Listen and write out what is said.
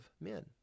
men